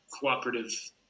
cooperative